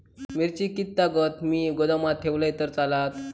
मिरची कीततागत मी गोदामात ठेवलंय तर चालात?